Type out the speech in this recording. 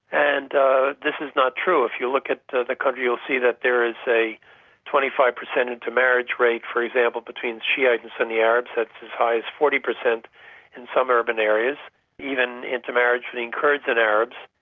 and ah this is not true. if you look at the the country, you'll see that there is a twenty five per cent intermarriage rate, for example, between shiite and sunni arabs that's as high as forty per cent in some urban areas even intermarriage and between kurds and arabs.